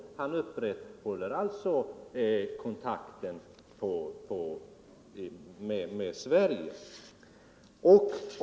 — Han upprätthåller alltså kontakter med Sverige.